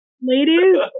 ladies